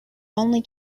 only